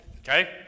Okay